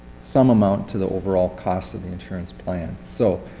some amount to the overall cost of the insurance plan. so,